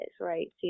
right